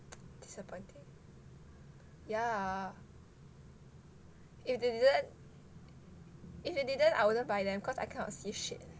disappointing ya if they didn't if they didn't I wouldn't buy them cause I cannot see shit